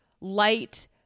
light